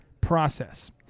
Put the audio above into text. process